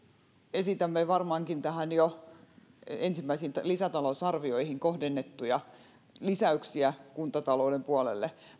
esitämme varmaankin jo ensimmäisiin lisätalousarvioihin tähän kohdennettuja lisäyksiä kuntatalouden puolelle